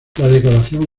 decoración